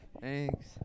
Thanks